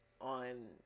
on